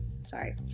sorry